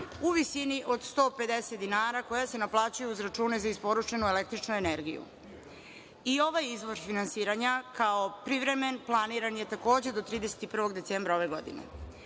u visini od 150 dinara koja se naplaćuje uz račune za isporučenu električnu energiju. I ovaj izvor finansiranja kao privremen planiran je takođe do 31. decembra ove